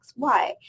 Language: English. XY